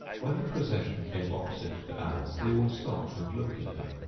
when the procession came opposite to alice, they all stopped and looked at her,